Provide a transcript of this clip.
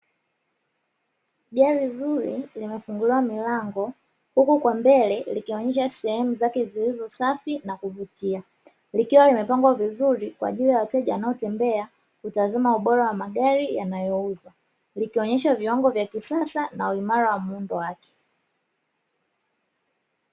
Gari zuri limefunguliwa milango, huku kwa mbele likionyesha sehemu zake zilizo safi na kuvutia, likiwa limepangwa vizuri kwa ajili ya wateja wanaotembea kutazama ubora wa magari yanayouzwa, likionyesha viwango vya kisasa na uimara wa muundo wake.